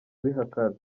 abihakana